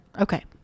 Okay